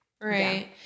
right